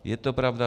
Je to pravda.